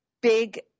big